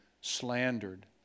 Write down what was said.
slandered